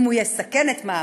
אם הוא יסכן את מעמדי,